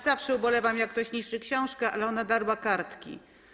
Zawsze ubolewam, jak ktoś niszczy książkę, ale ona darła kartki.